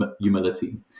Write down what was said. humility